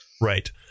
Right